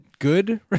Good